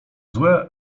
złe